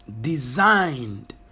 designed